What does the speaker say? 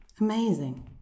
Amazing